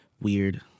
weird